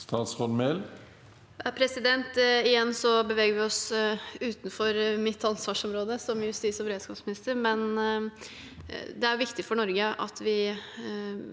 Statsråd Emilie Mehl Igjen beveger vi oss utenfor mitt ansvarsområde som justis- og beredskapsminister. Det er viktig for Norge at vi